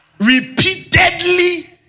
Repeatedly